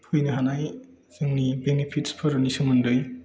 फैनो हानाय जोंनि बेनिफित्सफोरनि सोमोन्दै